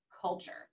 culture